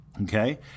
okay